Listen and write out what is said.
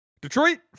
Detroit